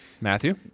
Matthew